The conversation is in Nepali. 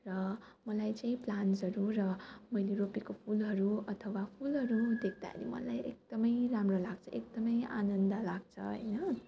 र मलाई चाहिँ प्लान्ट्सहरू र मैले रोपेको फुलहरू अथवा फुलहरू देख्दाखेरि मलाई एकदम राम्रो लाग्छ एकदम आनन्द लाग्छ होइन